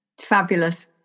Fabulous